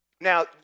Now